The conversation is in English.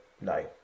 no